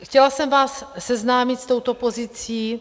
Chtěla jsem vás seznámit s touto pozicí.